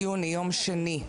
יום שני,